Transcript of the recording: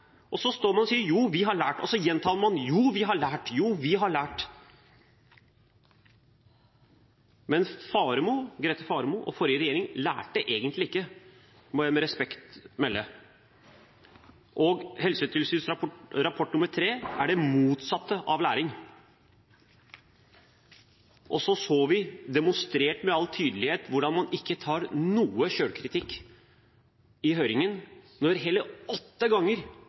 og så står man og sier at jo, vi har lært, og så gjentar man: Jo, vi har lært, jo, vi har lært. Men Grete Faremo og forrige regjering lærte egentlig ikke, må jeg med respekt melde. Helsetilsynsrapport nr. 3 viser det motsatte av læring. Vi fikk demonstrert med all tydelighet hvordan man ikke tar noe selvkritikk i høringen, når man hele åtte ganger